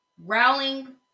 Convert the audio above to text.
Rowling